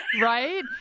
Right